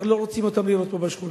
אנחנו לא רוצים לראות אותם פה בשכונה.